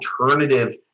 alternative